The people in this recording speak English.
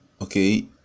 okay